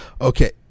okay